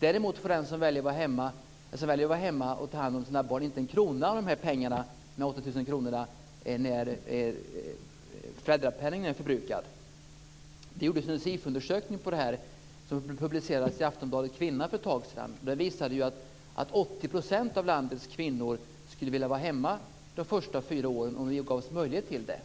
Däremot får den som väljer att vara hemma inte en krona av de här pengarna när föräldrapenningen är förbrukad. En SIFO-undersökning som publicerades i Aftonbladet Kvinna för ett tag sedan visade att 80 % av landets kvinnor skulle vilja vara hemma de första fyra åren om det gavs möjlighet till det.